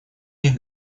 них